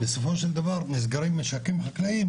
אבל בסופו של דבר נסגרים משקים חקלאיים